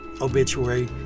obituary